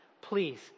Please